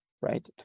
right